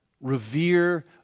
Revere